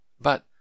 But